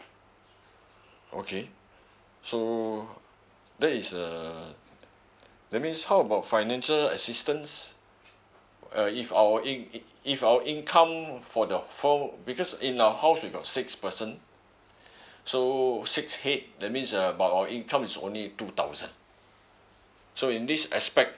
okay so that is uh that means how about financial assistance uh if our in~ if our income for the whole because in our house we got six person so six head that means uh but our income is only two thousand so in this aspect